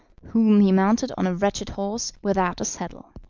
whom he mounted on a wretched horse without a saddle.